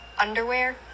underwear